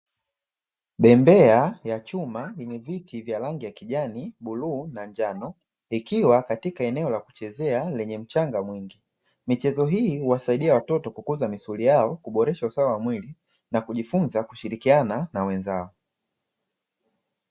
Bembea ya chuma yenye viti vya rangi ya kijani, bluu na njano vikiwa katika eneo la kuchezea lenye mchanga mwingi. Michezo hii huwasaidia watoto kukuza misuli yao, kuboresha usawa wa mwili na kujifunza kushirikiana na wenzao.